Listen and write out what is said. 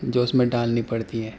جو اس میں ڈالنی پڑتی ہیں